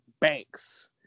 Banks